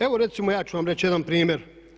Evo recimo ja ću vam reći jedan primjer.